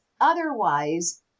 otherwise